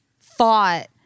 thought